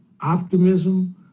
optimism